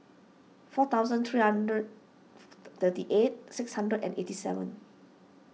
four thousand three hundred thirty eight six hundred and eighty seven